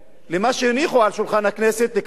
למה שהניחו על שולחן הכנסת לקראת